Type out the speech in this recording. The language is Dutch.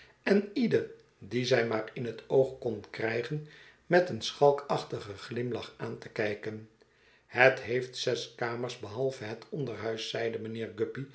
en ieder dien zij maar ih het oog kon krijgen met een schalkachtigen glimlach aan te kijken het heeft zes kamers behalve het onderhuis zeide mijnheer guppy